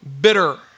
bitter